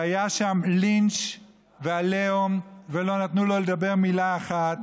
והיו שם לינץ' ועליהום ולא נתנו לו לדבר מילה אחת.